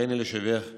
הריני להשיבך כדלקמן: